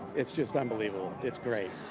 it's just unbelievable. it's great.